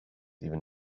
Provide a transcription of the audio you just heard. even